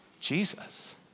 Jesus